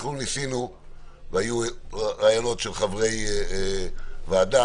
אנחנו ניסינו והיו רעיונות של חברי ועדה,